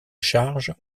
charge